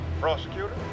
Prosecutor